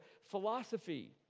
philosophy